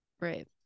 right